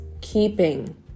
keeping